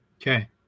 Okay